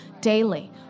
daily